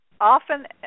often